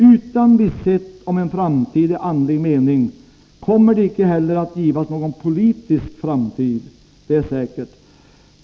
Utan visshet om en framtid i andlig mening kommer det icke heller att givas någon politisk framtid, det är säkert.